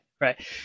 right